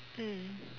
mm